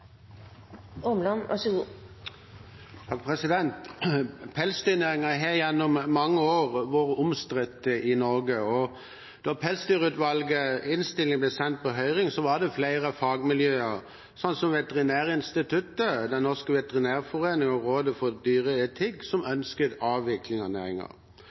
har gjennom mange år vært omstridt i Norge, og da Pelsdyrutvalgets innstilling ble sendt på høring, var det flere fagmiljøer, som Veterinærinstituttet, Den norske veterinærforening og Rådet for dyreetikk, som ønsket en avvikling av